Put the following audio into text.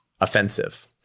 offensive